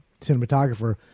cinematographer